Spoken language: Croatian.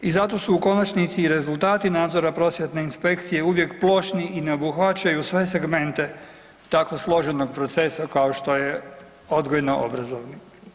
I zato su u konačnici i rezultati nadzora prosvjetne inspekcije uvijek plošni i ne obuhvaćaju sve segmente tako složenog procesa kao što je odgojno obrazovni.